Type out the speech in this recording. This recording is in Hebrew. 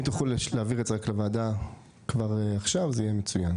אם תוכלו להעביר את זה לוועדה כבר עכשיו זה יהיה מצוין.